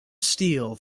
steel